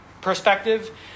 perspective